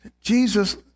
Jesus